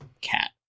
cat